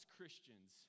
Christians